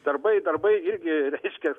darbai darbai irgi reiškia